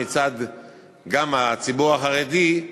גם מצד הציבור החרדי,